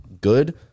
good